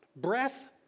Breath